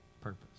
purpose